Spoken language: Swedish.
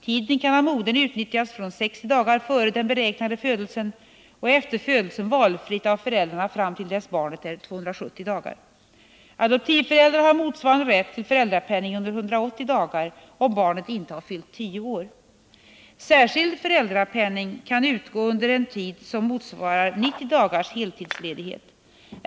Tiden kan av modern utnyttjas från 60 dagar före den beräknade födelsen och efter födelsen valfritt av föräldrarna fram till dess barnet är 270 dagar. Adoptivföräldrar har motsvarande rätt till föräldrapenning under 180 dagar om barnet inte har fyllt tio år. Särskild föräldrapenning kan utgå under en tid som motsvarar 90 dagars heltidsledighet.